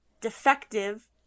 defective